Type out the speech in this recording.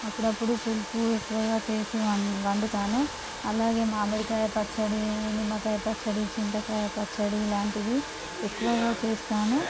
అప్పుడప్పుడు పులుపు ఎక్కువగా చేసి వండుతాను అలాగే మామిడికాయ పచ్చడి నిమ్మకాయ పచ్చడి చింతకాయ పచ్చడి ఇలాంటివి ఎక్కువగా చేస్తాను